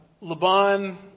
Laban